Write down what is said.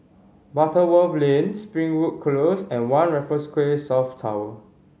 Butterworth Lane Springwood Close and One Raffles Quay South Tower